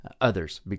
others